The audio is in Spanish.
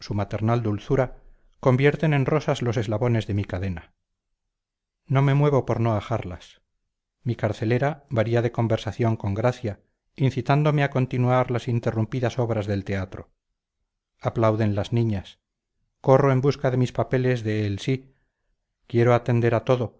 maternal dulzura convierten en rosas los eslabones de mi cadena no me muevo por no ajarlas mi carcelera varía de conversación con gracia incitándome a continuar las interrumpidas obras del teatro aplauden las niñas corro en busca de mis papeles de el sí quiero atender a todo